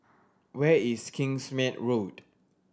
where is Kingsmead Road